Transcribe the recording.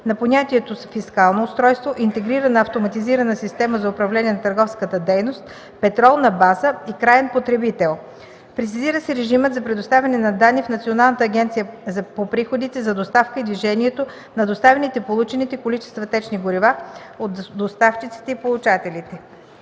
на понятията „фискално устройство”, „интегрирана автоматизирана система за управление на търговската дейност“, „петролна база“ и „краен потребител”; - прецизира се режимът за предоставяне на данни в Националната агенция по приходите за доставката и движението на доставените/получените количества течни горива от доставчиците и получателите.